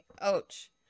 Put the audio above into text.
Ouch